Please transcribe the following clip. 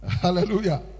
Hallelujah